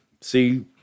See